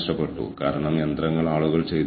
ഇതെല്ലാം ഞാൻ നിങ്ങളുമായി ചർച്ച ചെയ്തു